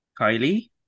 Kylie